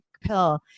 pill